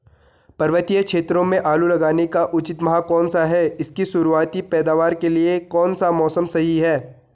पर्वतीय क्षेत्रों में आलू लगाने का उचित माह कौन सा है इसकी शुरुआती पैदावार के लिए कौन सा मौसम सही है?